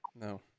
No